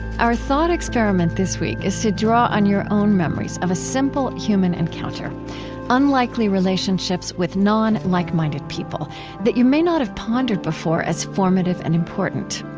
our thought experiment this week is to draw on your own memories of a simple human encounter unlikely relationships with non-like-minded people that you may not have pondered before as formative and important.